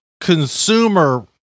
consumer